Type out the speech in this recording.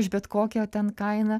už bet kokią ten kainą